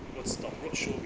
wordstop roadshow related 而已